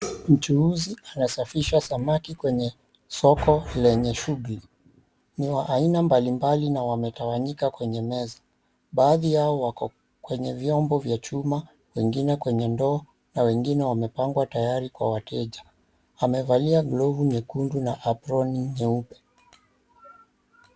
Mchuuzi anasafisha samaki kwenye soko lenye shughli. Ni wa aina mbali mbali na wametawanyika kwenye meza. Baadhi yao wako kwenye vyombo vya chuma, wengine kwenye ndoo na wengine wamepangwa tayari kwa wateja. Amevalia glovu nyekundu na aproni nyeupe.